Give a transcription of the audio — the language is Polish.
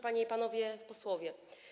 Panie i Panowie Posłowie!